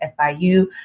FIU